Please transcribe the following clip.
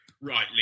rightly